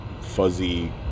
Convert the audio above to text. fuzzy